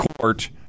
court